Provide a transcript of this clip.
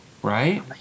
Right